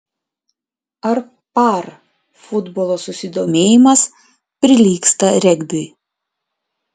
ar par futbolo susidomėjimas prilygsta regbiui